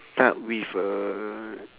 start with uh